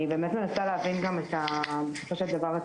אני באמת מנסה להבין בסופו של דבר את